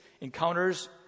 encounters